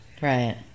Right